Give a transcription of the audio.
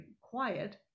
quiet